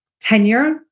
tenure